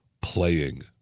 playing